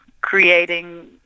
creating